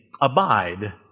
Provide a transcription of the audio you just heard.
Abide